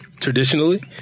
Traditionally